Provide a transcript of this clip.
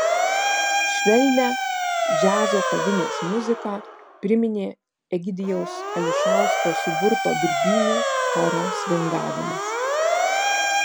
švelnią džiazo kavinės muziką priminė egidijaus ališausko suburto birbynių choro svingavimas